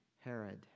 Herod